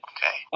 Okay